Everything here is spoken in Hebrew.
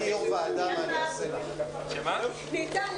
11:00.